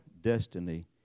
destiny